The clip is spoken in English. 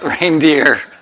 reindeer